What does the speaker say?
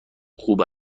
خوب